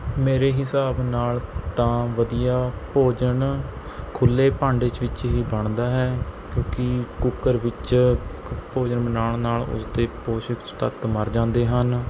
ਮੇਰੇ ਹਿਸਾਬ ਨਾਲ ਤਾਂ ਵਧੀਆ ਭੋਜਨ ਖੁੱਲ੍ਹੇ ਭਾਂਡੇ 'ਚ ਵਿੱਚ ਹੀ ਬਣਦਾ ਹੈ ਕਿਉਂਕਿ ਕੁੱਕਰ ਵਿੱਚ ਭੋਜਨ ਬਣਾਉਣ ਨਾਲ ਉਸਦੇ ਪੌਸ਼ਟਿਕ ਤੱਤ ਮਰ ਜਾਂਦੇ ਹਨ